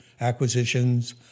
acquisitions